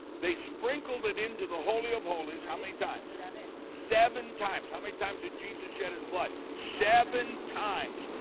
they sprinkled it into the holy of holies, how many times? seven. seven times, how many times did jesus shed his blood? seven times.